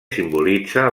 simbolitza